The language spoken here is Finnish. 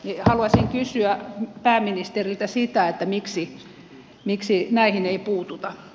haluaisin kysyä pääministeriltä miksi näihin ei puututa